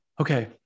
Okay